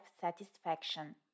satisfaction